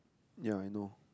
ya I know